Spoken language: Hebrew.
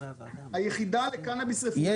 שבעל רישיון, היחידה לקנאביס רפואי ---.